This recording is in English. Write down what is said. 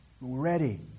Ready